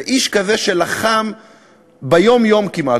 ואיש כזה שלחם יום-יום כמעט